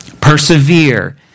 Persevere